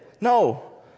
No